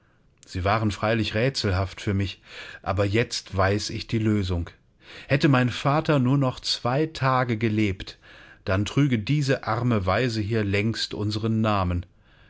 sie waren freilich rätselhaft für mich aber jetzt weiß ich die lösung hätte mein vater nur noch zwei tage gelebt dann trüge diese arme waise hier längst unseren namen